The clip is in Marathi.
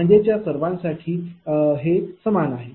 म्हणजेच या सर्वांसाठी हे समान आहे